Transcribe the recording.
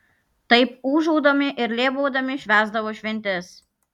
taip ūžaudami ir lėbaudami švęsdavo šventes